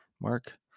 mark